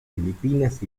filipinas